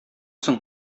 соң